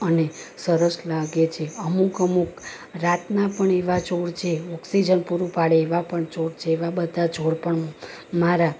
અને સરસ લાગે છે અમુક અમુક રાતના પણ એવા છોડ છે ઓક્સિજન પૂરું પાડે એવા પણ છોડ છે એવા બધા છોડ પણ હું મારા